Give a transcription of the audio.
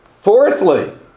fourthly